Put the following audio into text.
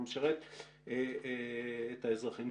הוא משרת את האזרחים.